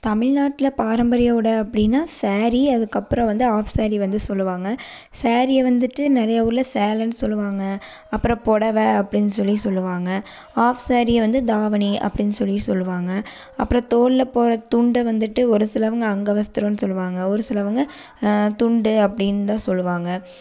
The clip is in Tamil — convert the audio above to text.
தமிழ்நாட்டில் பாரம்பரிய உட அப்படின்னா ஸேரி அதுக்கப்புறம் வந்து ஆஃப் ஸேரி வந்து சொல்லுவாங்கள் ஸேரியை வந்துட்டு நிறையா ஊரில் சேலனு சொல்லுவாங்கள் அப்புறம் பொடவ அப்படின்னு சொல்லி சொல்லுவாங்கள் ஆஃப் ஸேரியை வந்து தாவணி அப்படின்னு சொல்லி சொல்லுவாங்கள் அப்புறம் தோளில் போடுற துண்டை வந்துட்டு ஒரு சிலவங்க அங்கவஸ்த்ரன்னு சொல்லுவாங்கள் ஒரு சிலவங்க துண்டு அப்படின்னு தான் சொல்லுவாங்கள்